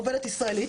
עובדת ישראל.